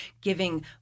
giving